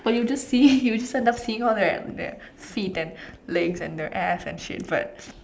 but you'll just see you'll just end up seeing all their their feet and legs and their ass and shit but